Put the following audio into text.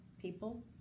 people